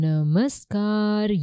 Namaskar